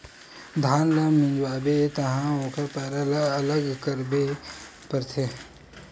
धान ल मिंजवाबे तहाँ ओखर पैरा ल अलग करे बर परथे